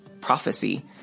prophecy